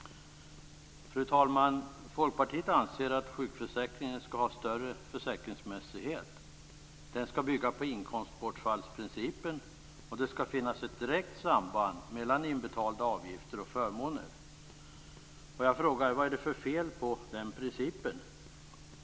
Fru talman! Folkpartiet anser att sjukförsäkringen skall ha större försäkringsmässighet. Den skall bygga på inkomstbortfallsprincipen, och det skall finnas ett direkt samband mellan inbetalda avgifter och förmåner. Vad är det för fel på den principen?